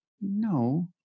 no